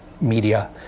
media